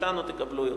מאתנו תקבלו יותר.